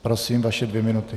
Prosím, vaše dvě minuty.